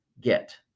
get